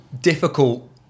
difficult